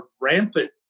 rampant